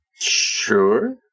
Sure